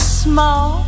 small